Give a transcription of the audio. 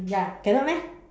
ya cannot meh